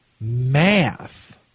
math